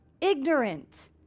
Ignorant